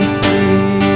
see